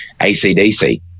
ACDC